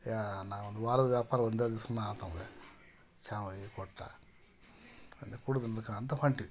ಯಾ ನಾ ಒಂದು ವಾರದ ವ್ಯಾಪಾರ ಒಂದೆ ದಿವ್ಸನ ಆತು ಅವ್ನಿಗೆ ಚಾ ಮಾಡಿ ಕೊಟ್ಟ ಅದ್ನ ಕುಡ್ದು ಮುಂದಕ್ಕೆ ಅಂತ ಹೊಂಟಿವಿ